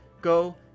go